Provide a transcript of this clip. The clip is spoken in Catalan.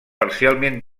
parcialment